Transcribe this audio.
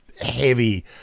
heavy